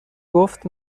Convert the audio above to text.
گفت